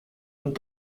een